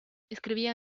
escribía